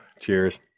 Cheers